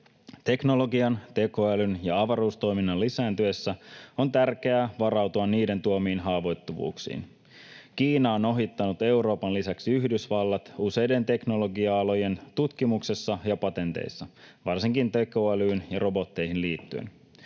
Teknologian, tekoälyn ja avaruustoiminnan lisääntyessä on tärkeää varautua niiden tuomiin haavoittuvuuksiin. Kiina on ohittanut Euroopan lisäksi Yhdysvallat useiden teknologia-alojen tutkimuksessa ja patenteissa, varsinkin tekoälyyn ja robotteihin liittyen.